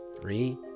Three